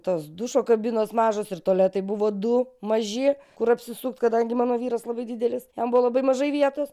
tos dušo kabinos mažos ir tualetai buvo du maži kur apsisukt kadangi mano vyras labai didelis jam buvo labai mažai vietos